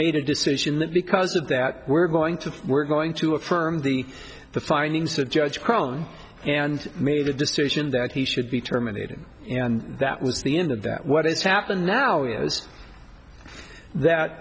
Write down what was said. made a decision that because of that we're going to we're going to affirm the the findings of judge prone and made a decision that he should be terminated and that was the end of that what has happened now is that